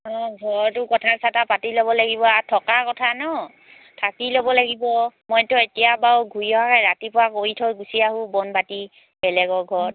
অঁ ঘৰতো কথা চথা পাতি ল'ব লাগিব আৰু থকাৰ কথা ন থাকি ল'ব লাগিব মইতো এতিয়া বাৰু ঘূৰি অহাকৈ ৰাতিপুৱা কৰি থৈ গুচি আহোঁ বন বাঁতি বেলেগৰ ঘৰত